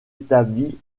établie